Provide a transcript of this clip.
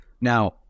now